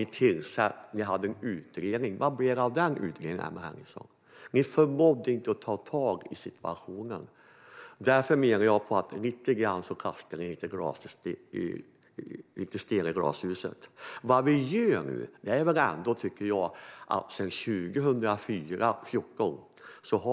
Ni tillsatte en utredning. Vad blev det av den utredningen, Emma Henriksson? Ni förmådde inte ta tag i situationen. Därför menar jag att ni nu kastar sten i glashus. Jag tycker